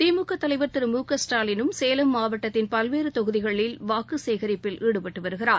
திமுக தலைவர் திரு மு க ஸ்டாலினும் சேலம் மாவட்டத்தின் பல்வேறு தொகுதிகளில் வாக்கு சேகரிப்பில் ஈடுபட்டு வருகிறார்